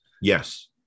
yes